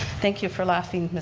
thank you for laughing,